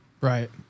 Right